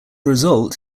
result